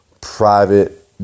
private